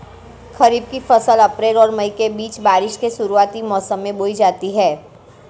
खरीफ़ की फ़सल अप्रैल और मई के बीच, बारिश के शुरुआती मौसम में बोई जाती हैं